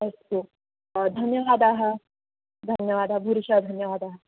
अस्तु धन्यवादाः धन्यवादः भूरिषः धन्यवादाः